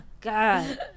God